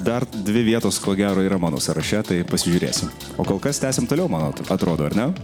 dar dvi vietos ko gero yra mano sąraše tai pasižiūrėsim o kol kas tęsiam toliau man atrodo ar ne